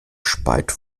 speit